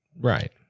right